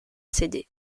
céder